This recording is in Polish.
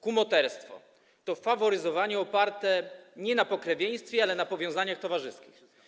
Kumoterstwo to faworyzowanie oparte nie na pokrewieństwie, ale na powiązaniach towarzyskich.